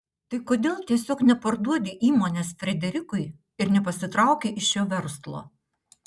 tai kodėl tiesiog neparduodi įmonės frederikui ir nepasitrauki iš šio verslo